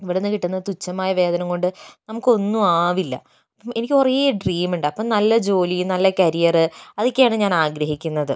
ഇവിടെനിന്ന് കിട്ടുന്ന തുച്ഛമായ വേദനം കൊണ്ട് നമുക്ക് ഒന്നും ആവില്ല എനിക്ക് കുറേ ഡ്രീം ഉണ്ട് അപ്പം നല്ല ജോലി നല്ല കരിയർ അതൊക്കെയാണ് ഞാനാഗ്രഹിക്കുന്നത്